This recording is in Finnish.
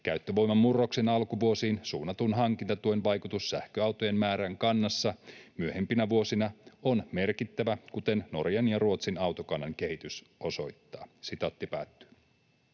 Käyttövoimamurroksen alkuvuosiin suunnatun hankintatuen vaikutus sähköautojen määrään kannassa myöhempinä vuosina on merkittävä, kuten Norjan ja Ruotsin autokannan kehitys osoittaa.” Oma lukunsa